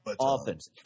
offense